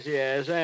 yes